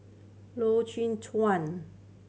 Loy Chye Chuan